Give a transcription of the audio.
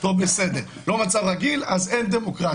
שאין מצב רגיל אז אין דמוקרטיה.